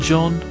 John